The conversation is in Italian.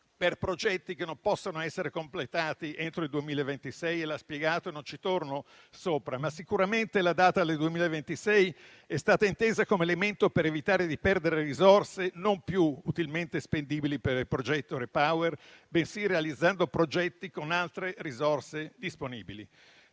per progetti che non possono essere completati entro il 2026: il ministro l'ha spiegato e non ci torno sopra, ma sicuramente la data del 2026 è stata intesa come elemento per evitare di perdere risorse non più utilmente spendibili per il progetto Repower EU, realizzando progetti con altre risorse disponibili.